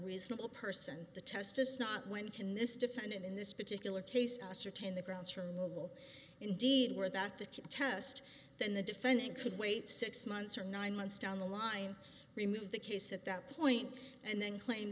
reasonable person the test is not when can this defendant in this particular case ascertain the grounds for movable indeed where that the contest then the defendant could wait six months or nine months down the line remove the case at that point and then claim